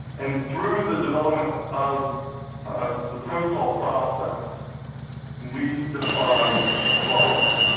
and through the development of of the protocol process we defined the following.